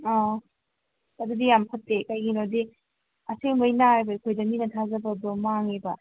ꯑꯥ ꯑꯗꯨꯗꯤ ꯌꯥꯝ ꯐꯠꯇꯦ ꯀꯩꯒꯤꯅꯣꯗꯤ ꯑꯁꯦꯡꯕꯒꯤ ꯅꯥꯔꯕ ꯑꯩꯈꯣꯏꯗ ꯃꯤꯅ ꯊꯥꯖꯕꯗꯣ ꯃꯥꯡꯉꯦꯕ